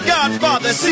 Godfather